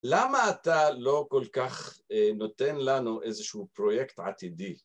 למה אתה לא כל כך נותן לנו איזשהו פרויקט עתידי?